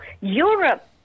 Europe